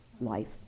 life